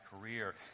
career